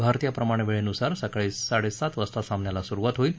भारतीय प्रमाण वेळेनुसार सकाळी सात वाजता सामन्याला सुरुवात होईल